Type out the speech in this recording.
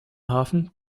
hafen